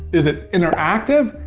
is it interactive?